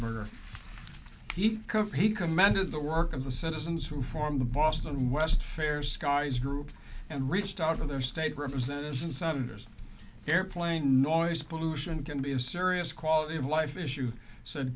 murder he he commanded the work of the citizens who form the boston west fair skies group and reached out of their state representatives and senators airplane noise pollution can be a serious quality of life issue said